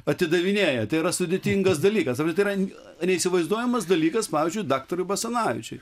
atidavinėja tai yra sudėtingas dalykas bet yra neįsivaizduojamas dalykas pavyzdžiui daktarui basanavičiui